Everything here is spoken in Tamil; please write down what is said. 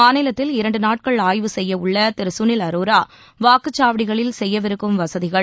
மாநிலத்தில் இரண்டு நாட்கள் ஆய்வு செய்யவுள்ள திரு சுனில் அரோரா வாக்குச்சாவடிகளில் செய்யவிருக்கும் வசதிகள்